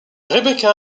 rebecca